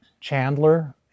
Chandler